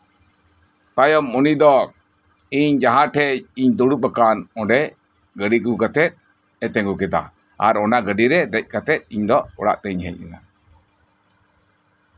ᱛᱟᱭᱚᱢ ᱩᱤᱱᱤ ᱫᱚ ᱤᱧ ᱡᱟᱸᱦᱟ ᱴᱷᱮᱱ ᱤᱧ ᱫᱩᱲᱩᱵ ᱟᱠᱟᱱ ᱚᱸᱰᱮ ᱜᱟᱹᱰᱤ ᱟᱹᱜᱩ ᱠᱟᱛᱮᱜᱼᱮ ᱛᱤᱸᱜᱩ ᱠᱮᱫᱟ ᱟᱨ ᱚᱱᱟ ᱜᱟᱹᱰᱤᱨᱮ ᱫᱮᱡ ᱠᱟᱛᱮᱜ ᱤᱧ ᱫᱚ ᱚᱲᱟᱜ ᱛᱤᱧ ᱦᱮᱡ ᱱᱟ